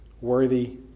worthy